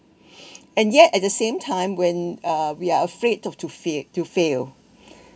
and yet at the same time when uh we are afraid of to fail to fail